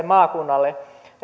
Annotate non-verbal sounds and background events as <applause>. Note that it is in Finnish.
<unintelligible> maakunnalle